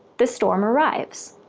the storm arrives.